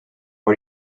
are